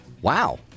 Wow